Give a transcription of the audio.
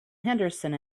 henderson